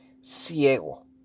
ciego